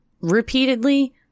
repeatedly